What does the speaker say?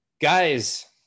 guys